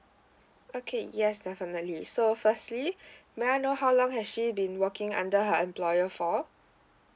okay yes definitely so firstly may I know how long has she been working under her employer for